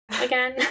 again